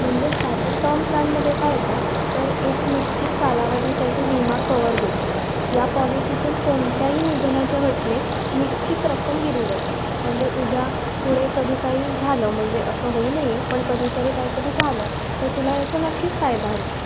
म्हणजेच काय तर टर्म प्लॅनमध्ये काय येतं तर एक निश्चित कालावधीसाठी विमा कवर देतो या पॉलिसीतून कोणत्याही निधनाच्या घटनेत निश्चित रक्कम दिली जाते म्हणजे उद्या पुढे कधी काही झालं म्हणजे असं होऊ नये पण कधीतरी काहीतरी झालं तर तुला याचा नक्कीच फायदा होऊ शकतो